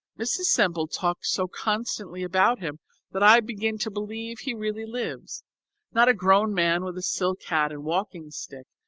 mrs. semple talks so constantly about him that i begin to believe he really lives not a grown man with a silk hat and walking stick,